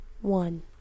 One